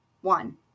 one